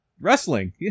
Wrestling